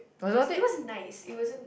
it was it was nice it wasn't